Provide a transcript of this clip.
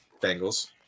Bengals